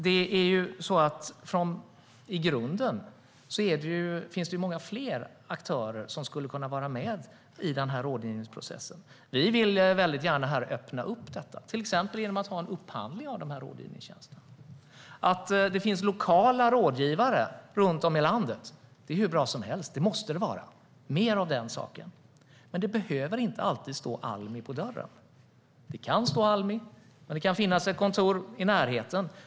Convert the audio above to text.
I grunden finns det många fler aktörer som skulle kunna vara med i rådgivningsprocessen. Vi vill gärna öppna upp för det, till exempel genom att ha en upphandling av rådgivningstjänsterna. Att det finns lokala rådgivare runt om i landet är hur bra som helst. Det måste det finnas. Vi behöver mer av det. Men det behöver inte alltid stå Almi på dörren. Det kan stå Almi, men det kan också finnas ett annat kontor i närheten.